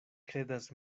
kredas